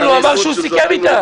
הוא אמר שהוא סיכם אתה.